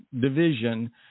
division